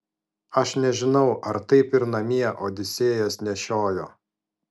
aš nežinau ar taip ir namie odisėjas nešiojo